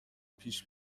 پیش